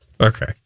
Okay